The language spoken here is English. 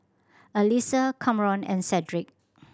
Alysa Kamron and Cedric